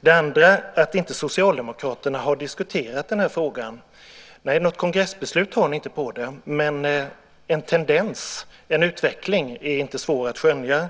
Det andra är att Socialdemokraterna inte har diskuterat frågan. Nej, något kongressbeslut har ni inte om det, men en tendens, en utveckling är inte svår att skönja.